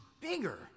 bigger